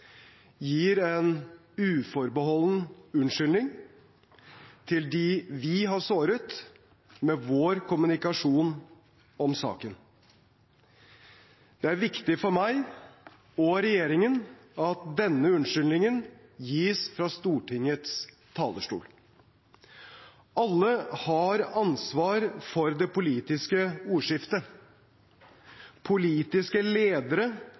gir en uforbeholden unnskyldning til dem vi har såret med vår kommunikasjon om saken. Det er viktig for meg og regjeringen at denne unnskyldningen gis fra Stortingets talerstol. Alle har ansvar for det politiske ordskiftet. Politiske ledere